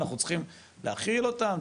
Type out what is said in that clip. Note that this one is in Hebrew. אנחנו צריכים להאכיל אותם,